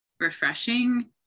refreshing